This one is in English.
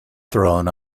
throne